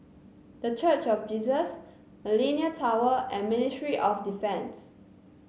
The Church of Jesus Millenia Tower and Ministry of Defence